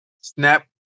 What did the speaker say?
Snap